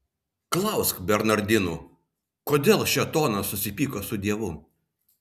klausk bernardinų kodėl šėtonas susipyko su dievu